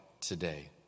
today